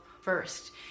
first